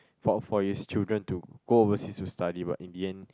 for for his children to go overseas to study but in the end